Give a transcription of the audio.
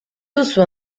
duzu